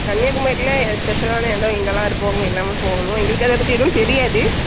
கன்னியாகுமரியில் எ ஸ்பெஷலான இடம் எங்கெல்லாம் இருக்கோ அங்கெல்லாமே போகணும் எங்களுக்கு அதை பற்றி எதுவும் தெரியாது